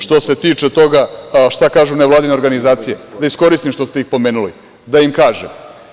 Što se tiče toga šta kažu nevladine organizacije, da iskoristim što ste ih pomenuli, da im kažem.